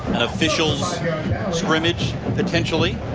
official scrimmage potentially.